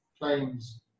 claims